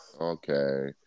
Okay